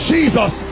Jesus